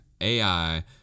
AI